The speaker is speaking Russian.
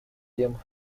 тем